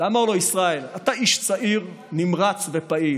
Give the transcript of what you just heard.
ואמר לו: ישראל, אתה איש צעיר, נמרץ ופעיל,